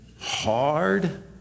hard